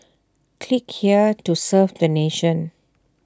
click here to serve the nation